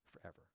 forever